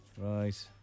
Right